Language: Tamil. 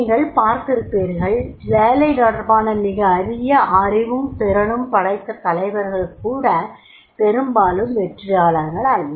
நீங்கள் பார்த்திருப்பீர்கள் வேலை தொடர்பான மிக அறிய அறிவும் திறனும் படைத்த தலைவர்கள் கூட பெரும்பாலும் வெற்றியாளர்களல்ல